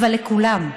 אבל לכולם,